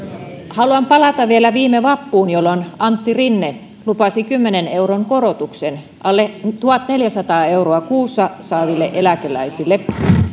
haluan palata vielä viime vappuun jolloin antti rinne lupasi sadan euron korotuksen alle tuhatneljäsataa euroa kuussa saaville eläkeläisille